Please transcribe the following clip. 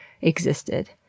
existed